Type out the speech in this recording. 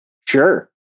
sure